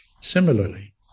similarly